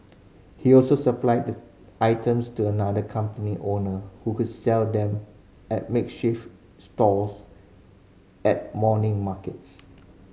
he also supplied the items to another company owner who would sell them at makeshift stalls at morning markets